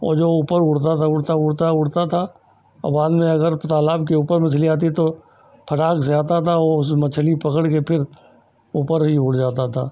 और जो ऊपर उड़ता था उड़ता उड़ता उड़ता था और बाद में अगर तालाब के ऊपर मछली आती तो फटाक से आता था वह उस मछली पकड़कर फिर ऊपर ही उड़ जाता था